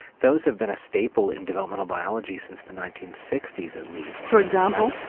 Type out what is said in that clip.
those have been a staple in developmental biology since the nineteen sixty s at least. for example?